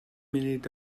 munud